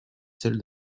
celle